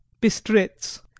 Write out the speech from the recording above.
Bistritz